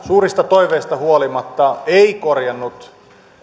suurista toiveista huolimatta ei korjannut